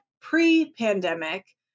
pre-pandemic